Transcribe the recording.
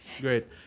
Great